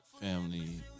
family